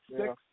six